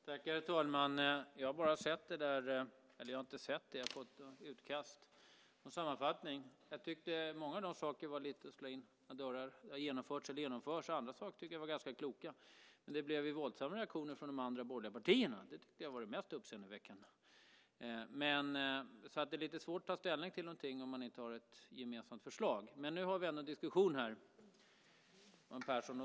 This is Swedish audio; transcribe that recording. Herr talman! Jag har fått ett utkast - en sammanfattning. Jag tyckte att många av sakerna var lite av att slå in öppna dörrar. De har genomförts eller genomförs. Andra saker var kloka. Men det blev våldsamma reaktioner från de andra borgerliga partierna. Det var det mest uppseendeväckande. Det är lite svårt att ta ställning till något om det inte finns ett gemensamt förslag. Nu har vi ändå en diskussion, Johan Pehrson.